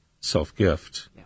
self-gift